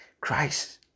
christ